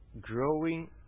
Growing